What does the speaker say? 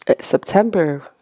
September